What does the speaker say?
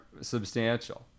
substantial